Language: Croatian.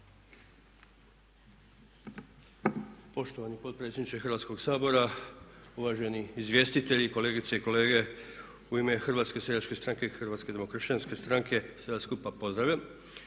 Poštovani potpredsjedniče Hrvatskoga sabora, uvaženi izvjestitelji, kolegice i kolege. U ime Hrvatske seljačke stranke i Hrvatske demokršćanske stranke, sve vas skupa pozdravljam.